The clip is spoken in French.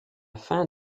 fin